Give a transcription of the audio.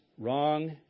wrong